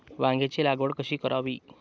वांग्यांची लागवड कशी करावी?